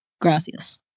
gracias